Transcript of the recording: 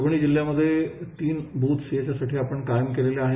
परभणी जिल्ह्यामधे तीन ब्रथस् याच्यासाठी आपण कायम केलेले आहेत